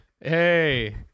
Hey